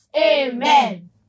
Amen